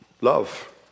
love